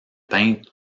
peinte